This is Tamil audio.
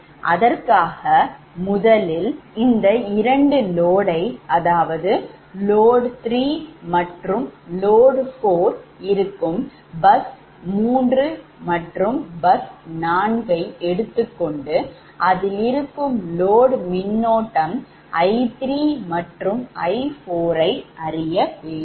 அதற்காக முதலில் நாம் இந்த இரண்டு load ஐ அதாவது load 3 மற்றும் load 4 இருக்கும் bus 3 மற்றும் bus 4 யை எடுத்துக்கொண்டு அதில் இருக்கும் load மின்னோட்டம் I3மற்றும் I4ஐ அறிய வேண்டும்